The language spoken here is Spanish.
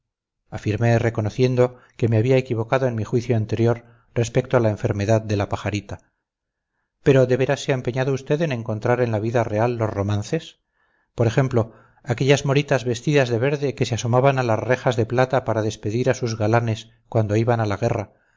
afirmé reconociendo que me había equivocado en mi juicio anterior respecto a la enfermedad de la pajarita pero de veras se ha empeñado usted en encontrar en la vida real los romances por ejemplo aquellas moritas vestidas de verde que se asomaban a las rejas de plata para despedir a sus galanes cuando iban a la guerra